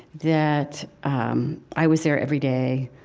that um i was there every day,